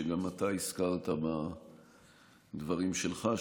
שגם אתה הזכרת בדברים שלך,